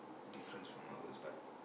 difference from ours but